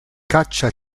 caccia